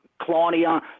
Claudia